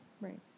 Right